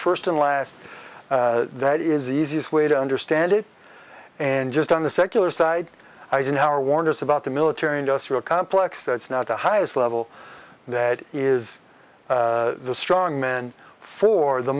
first and last that is the easiest way to understand it and just on the secular side eisenhower warned us about the military industrial complex that's not the highest level that is the strong man for the